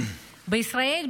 בישראל,